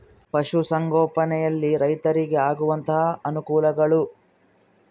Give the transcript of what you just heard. ಪಶುಸಂಗೋಪನೆಯಲ್ಲಿ ರೈತರಿಗೆ ಆಗುವಂತಹ ಅನುಕೂಲಗಳು?